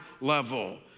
level